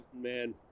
man